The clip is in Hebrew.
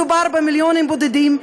מדובר במיליונים בודדים,